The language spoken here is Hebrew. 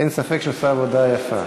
אין ספק שהוא עשה עבודה יפה.